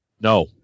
No